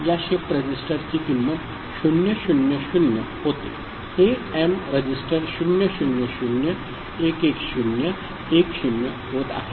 या शिफ्ट रजिस्टरची किंमत 000 होते हे m रजिस्टर 00011010 होत आहे